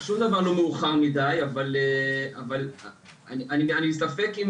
שום דבר לא מאוחר מידיי, אבל אני ספק,